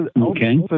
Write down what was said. Okay